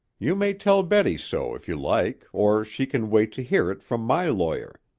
you may tell betty so if you like or she can wait to hear it from my lawyer.